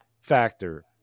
factor